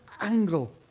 angle